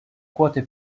quote